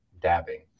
dabbing